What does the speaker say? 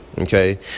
Okay